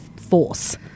force